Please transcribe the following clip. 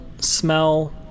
smell